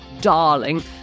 darling